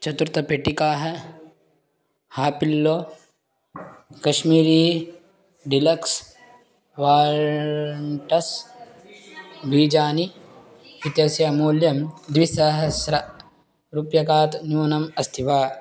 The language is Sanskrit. चतस्रपेटिकाः हापिल्लो कश्मीरी डिलक्स् वार्णटस् बीजानि इत्यस्य मूल्यं द्विसहस्ररूप्यकात् न्यूनम् अस्ति वा